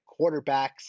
quarterbacks